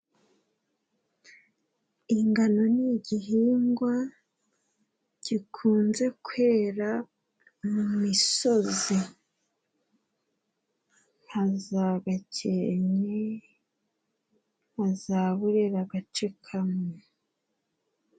Ingano ni igihingwa gikunze kwera mu misozi nka za Gakenke, na za Burera agace kamwe.